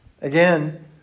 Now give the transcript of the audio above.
Again